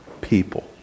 people